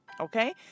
Okay